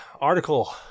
Article